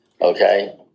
Okay